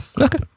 Okay